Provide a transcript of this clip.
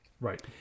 Right